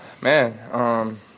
Man